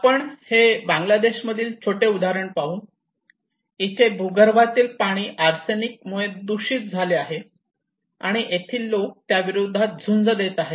आपण हे बांगलादेश मधील छोटे उदाहरण पाहू इथे भूगर्भातील पाणी आर्सेनिक मुळे दूषित झाले आहे आणि येथील लोक त्याविरोधात झुंज देत आहे